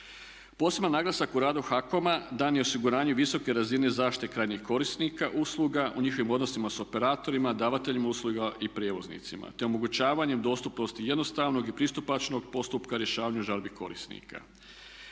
Poseban naglasak u radu HAKOM-a dan je u osiguranju visoke razine zaštite krajnjih korisnika usluga u njihovim odnosima sa operatorima, davateljima usluga i prijevoznicima, te omogućavanjem dostupnosti jednostavnog i pristupačnog postupka rješavanju žalbi korisnika.